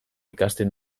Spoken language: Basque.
ikasten